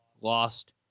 lost